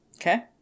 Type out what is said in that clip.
Okay